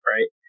Right